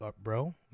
bro